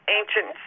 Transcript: ancient